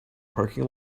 parking